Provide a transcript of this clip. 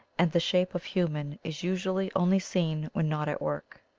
and the shape of human is usually only seen when not at work.